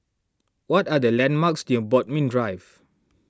what are the landmarks near Bodmin Drive